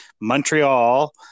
Montreal